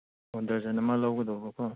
ꯑꯣ ꯗꯔꯖꯟ ꯑꯃ ꯂꯧꯒꯗꯧꯕꯀꯣ